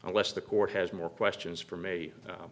unless the court has more questions for m